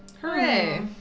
Hooray